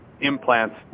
implants